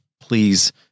please